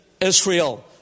Israel